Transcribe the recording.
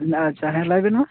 ᱟᱪᱪᱷᱟ ᱦᱮᱸ ᱞᱟᱹᱭᱵᱮᱱ ᱢᱟ